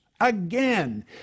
Again